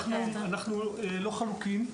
אנחנו לא חלוקים.